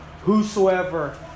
whosoever